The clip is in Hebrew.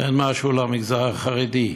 תן משהו למגזר החרדי.